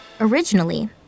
Originally